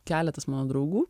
keletas mano draugų